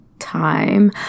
Time